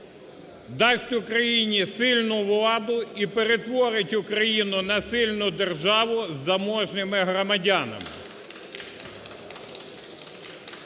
дасть Україні сильну владу і перетворить Україну на сильну державу з заможними громадянами.